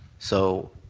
so